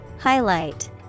Highlight